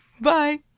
bye